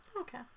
Okay